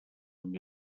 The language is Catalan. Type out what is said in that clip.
amb